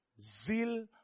Zeal